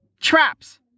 Traps